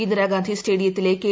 ഇന്ദിരാഗാന്ധി സ്റ്റേഡിയത്തിലെ കെ